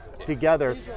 together